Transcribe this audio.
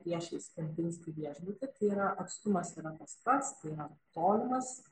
priešais kempinski viešbutį tai yra atstumas yra tas pats tai yra tolimas